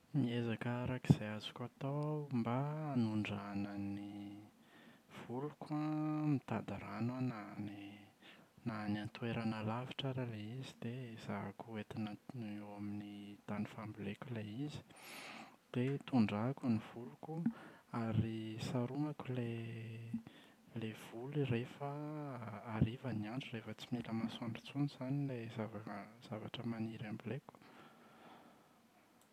Miezaka araka izay azoko atao aho mba hanondrahana ny voliko an mitady rano aho na any na any an-toerana alavitra ary ilay izy dia ezahako entina amin’ny tany famboleko ilay izy Dia tondrahako ny voliko ary saromako ilay ilay voly rehefa hariva ny andro, rehefa tsy mila masoandro intsony izany ilay zava- zavatra maniry amboleko.